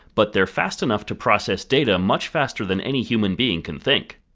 but they are fast enough to process data much faster than any human being can think.